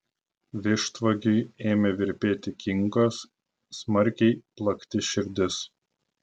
vištvagiui ėmė virpėti kinkos smarkiai plakti širdis